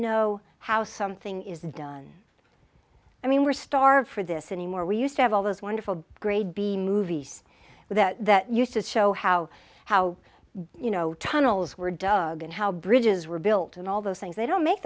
know how something is done i mean we're starved for this anymore we used to have all those wonderful grade b movies that that used to show how how you know tunnels were dug and how bridges were built and all those things they don't make